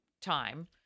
time